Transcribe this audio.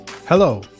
Hello